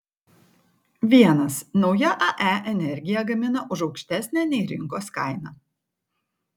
vienas nauja ae energiją gamina už aukštesnę nei rinkos kaina